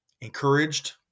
encouraged